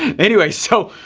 anyway, so